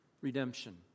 Redemption